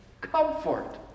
Comfort